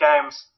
games